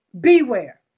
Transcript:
Beware